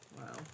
Wow